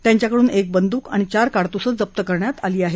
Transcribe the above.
त्यांच्याकडून एक बंदूक आणि चार काडतूसं जप्त करण्यात आली आहेत